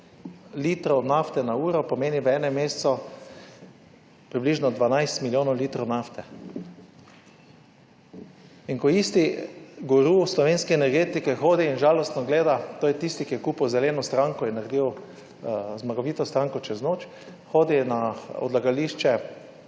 nafte na uro, pomeni v enem mesecu približno 12 milijonov litrov nafte in ko isti guru slovenske energetike hodi in žalostno gleda - to je tisti, ki je kupil zeleno stranko in naredil zmagovito stranko čez noč , hodi na odlagališče